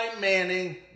Manning